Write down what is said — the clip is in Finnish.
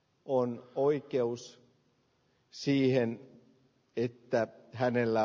on oikeus siihen että hänellä